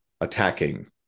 attacking